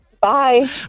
Bye